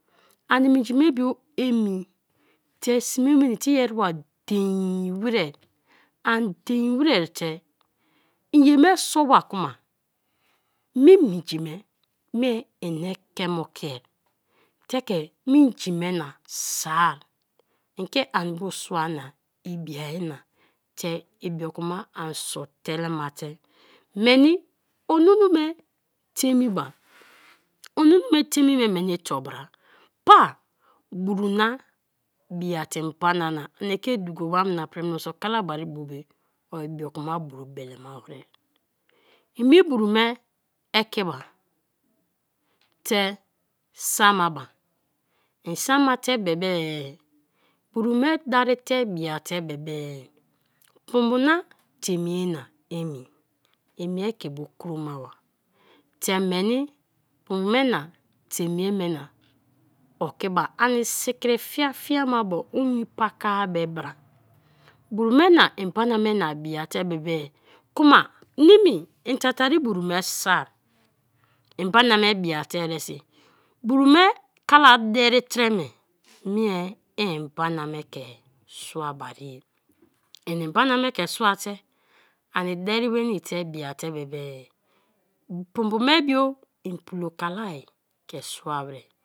Ani minji me bio emi te sme nwenii te ereba dein-e wer, an dein wer te iye me so ba kma me minji me mie ina ekema o kie te ke me inji me na soar in ke an bio suana ibia na te ibioku ma an sor telema te meni onunue teime meni tobata; pa busy na, blate mbana na, ani ke duko wana pri mioso kalahari bo be obio ku ma buru belema werei; ime buru me ekiba te aa ma ba, en sama te be be, buru me darite biata bebe pumbu na teime ye na emi, en mie ke bu kroma ba te meni pumbu me na teim ye me na okiba; ani sikri fia fia ma ba owin pakar ba bra; buru me na mbana me biate bebe kma nimia i tatari buru me soar; mbana me biate eresi, buru me kala deri treme mie i mbana me ke soa bari ye inimbana me ke sua te ani deri nwenii te biate bebe pumbu me bio i plo kalai ke sua werie.